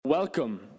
Welcome